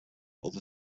other